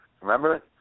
Remember